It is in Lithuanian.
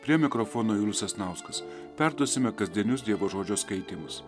prie mikrofono julius sasnauskas perduosime kasdienius dievo žodžio skaitymus